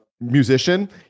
musician